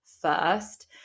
first